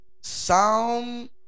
Psalm